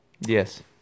Yes